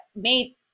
made